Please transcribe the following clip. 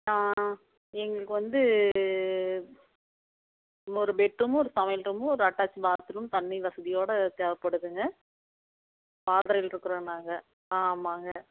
எங்களுக்கு வந்து ஒரு பெட்ரூமு ஒரு சமையல் ரூமு ஒரு அட்டேச் பாத்ரூம் தண்ணி வசதியோடு தேவைப்படுதுங்க இருக்கிறோம் நாங்கள் ஆ ஆமாங்க